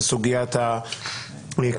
וזו סוגיית הקבילות.